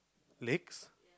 next